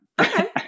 Okay